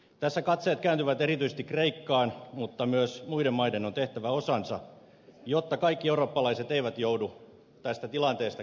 tässä katseet kääntyvät erityisesti kreikkaan mutta myös muiden maiden on tehtävä osansa jotta kaikki eurooppalaiset eivät joudu tästä tilanteesta kärsimään